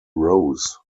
rose